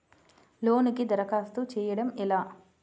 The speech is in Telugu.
లోనుకి దరఖాస్తు చేయడము ఎలా?